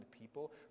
people